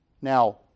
Now